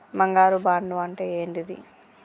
బంగారు బాండు అంటే ఏంటిది?